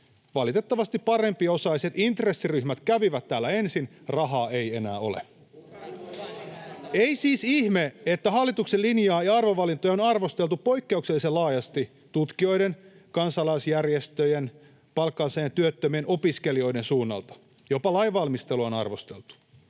valitettavasti parempiosaiset intressiryhmät kävivät täällä ensin, rahaa ei enää ole. [Ben Zyskowicz: Kuka noin on vastannut?] Ei siis ihme, että hallituksen linjaa ja arvovalintoja on arvosteltu poikkeuksellisen laajasti tutkijoiden, kansalaisjärjestöjen, palkansaajien, työttömien ja opiskelijoiden suunnalta. Jopa lainvalmistelua on arvosteltu.